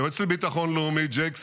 היועץ לביטחון לאומי ג'ק סאליבן,